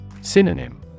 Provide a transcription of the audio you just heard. Synonym